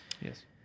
Yes